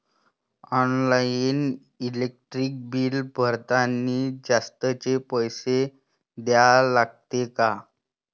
Online electric bill भरतानी जास्तचे पैसे द्या लागते का?